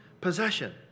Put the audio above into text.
possession